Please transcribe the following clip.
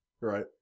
Right